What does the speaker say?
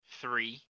Three